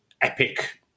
epic